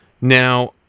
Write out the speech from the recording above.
Now